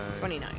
29